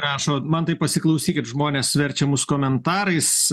rašo mantai pasiklausykit žmonės verčia mus komentarais